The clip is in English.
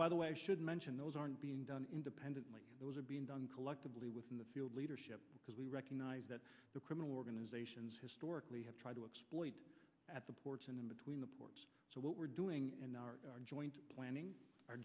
by the way i should mention those aren't being done independently those are being done collectively within the field leadership because we recognize that the criminal organizations historically have tried to exploit at the ports in the between the ports so what we're doing in joint planning o